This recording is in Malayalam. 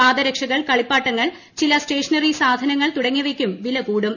പാദരക്ഷകൾ ക്ളിപ്പാട്ടങ്ങൾ ചില സ്റ്റേഷനറി സാധനങ്ങൾ തുടങ്ങിയവയ്ക്കും വില് കൂടും